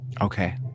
Okay